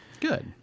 good